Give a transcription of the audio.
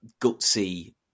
gutsy